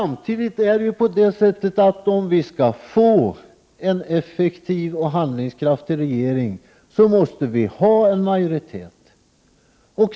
Men om vi skall få en effektiv och handlingskraftig regering måste vi ha en majoritet.